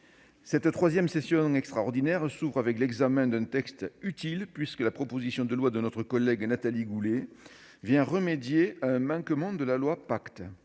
cette troisième session extraordinaire s'ouvre avec l'examen d'un texte utile, puisque la proposition de loi de notre collègue Nathalie Goulet vient remédier à un manquement de la loi Pacte.